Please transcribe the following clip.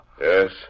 Yes